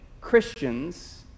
Christians